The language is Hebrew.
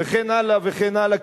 וכן הלאה וכן הלאה.